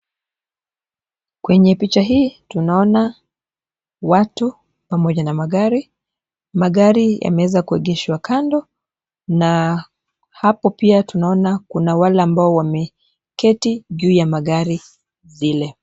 Kwenye picha hii tunaona watu pamoja na magari. Magari yameweza kuegeshwa kando na hapo pia tunaona kuna wale ambao wameketi juu ya magari zile.